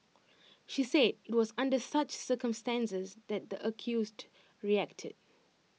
she said IT was under such circumstances that the accused reacted